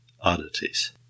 oddities